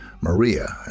Maria